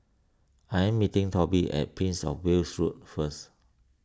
I am meeting Toby at Prince of Wales Road first